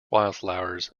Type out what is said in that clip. wildflowers